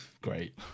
Great